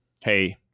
hey